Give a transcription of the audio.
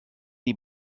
die